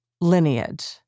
lineage